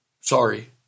Sorry